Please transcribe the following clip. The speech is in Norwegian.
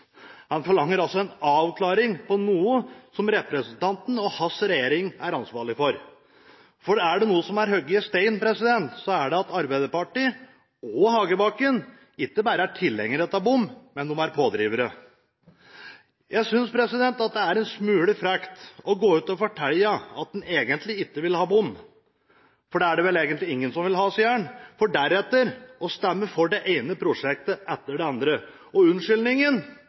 Han forlanger altså en avklaring om noe som representanten og hans regjering er ansvarlige for, for er det noe som er hogget i stein, er det at Arbeiderpartiet og Hagebakken ikke bare er tilhengere av bom, de er pådrivere. Jeg synes at det er en smule frekt å gå ut og fortelle at en egentlig ikke vil ha bom. Det er det vel egentlig ingen som vil ha, sier han, for deretter å stemme for det ene prosjektet etter det andre. Og unnskyldningen